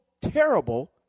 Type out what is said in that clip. terrible